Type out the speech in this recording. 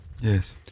Yes